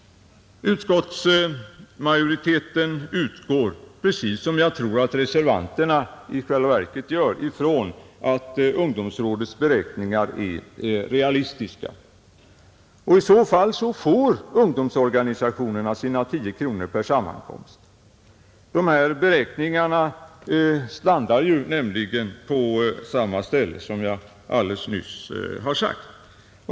Utskottsmajoriteten förutsätter — precis som jag tror att reservanterna i själva verket gör — att ungdomsrådets beräkningar är realistiska. I så fall får ungdomsorganisationerna sina 10 kronor per sammankomst. Dessa beräkningar gav, som jag alldeles nyss sade, samma resultat.